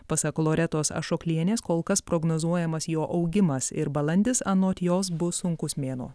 pasak loretos ašoklienės kol kas prognozuojamas jo augimas ir balandis anot jos bus sunkus mėnuo